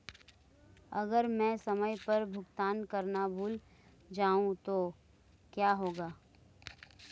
अगर मैं समय पर भुगतान करना भूल जाऊं तो क्या होगा?